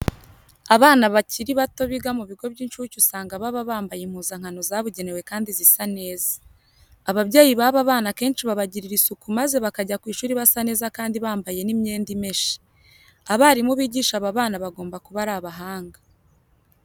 Abana bakiri bato biga mu bigo by'incuke usanga baba bambaye impuzankano zabugenewe kandi zisa neza. Ababyeyi baba bana akenshi babagirira isuku maze bakajya ku ishuri basa neza kandi bambaye n'imyenda imeshe. Abarimu bigisha aba bana bagomba kuba ari abahanga.